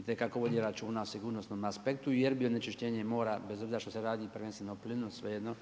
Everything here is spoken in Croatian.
itekako vodi računa o sigurnosnom aspektu jer bi onečišćenje mora, bez obzira što se radi prvenstveno o plinu svejedno